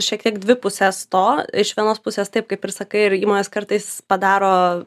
šiek tiek dvi puses to iš vienos pusės taip kaip ir sakai ir įmonės kartais padaro